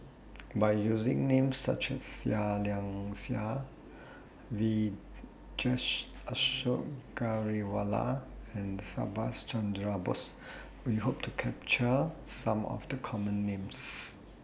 By using Names such as Seah Liang Seah Vijesh Ashok Ghariwala and Subhas Chandra Bose We Hope to capture Some of The Common Names